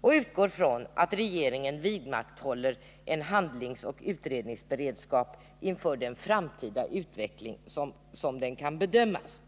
och utgår från att regeringen vidmakthåller en handlingsoch utredningsberedskap inför den framtida utveckling som kan bedömas.